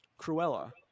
Cruella